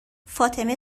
فاطمه